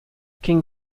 king